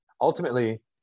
ultimately